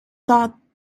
thought